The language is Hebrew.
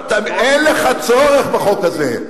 אין לך צורך בחוק הזה.